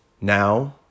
Now